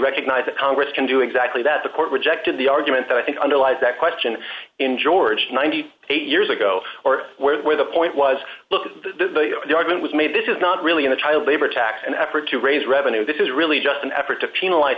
recognized the congress can do exactly that the court rejected the argument that i think underlies that question in george ninety eight years ago where the point was look at the the argument was made this is not really in the child labor tax an effort to raise revenue this is really just an effort to penalize